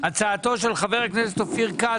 הצעתו של חבר הכנסת אופיר כץ.